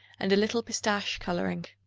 and a little pistache coloring.